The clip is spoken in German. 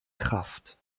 kraft